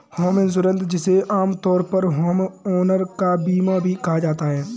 home insurance जिसे आमतौर पर होमओनर का बीमा भी कहा जाता है